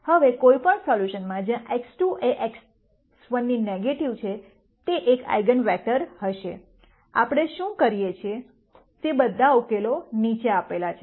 હવે કોઈપણ સોલ્યુશન જ્યાં X2 એ X1ની નેગેટિવ છે તે એક આઇગન વેક્ટર હશે આપણે શું કરીએ તે બધા ઉકેલો નીચે આપેલા છે